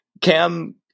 Cam